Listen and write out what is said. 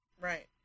Right